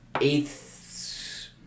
eighth